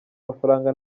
mafaranga